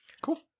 Cool